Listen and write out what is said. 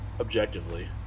objectively